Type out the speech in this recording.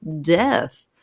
death